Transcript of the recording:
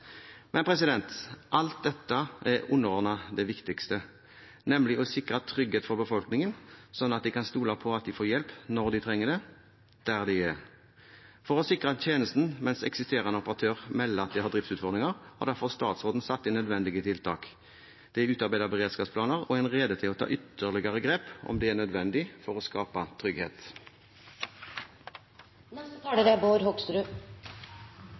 Men alt dette er underordnet det viktigste, nemlig å sikre trygghet for befolkningen sånn at de kan stole på at de får hjelp når de trenger det, der de er. For å sikre tjenesten mens eksisterende operatør melder at de har driftsutfordringer, har statsråden satt inn nødvendige tiltak. Det er utarbeidet beredskapsplaner, og en er rede til å ta ytterligere grep om det er nødvendig for å skape trygghet. Det er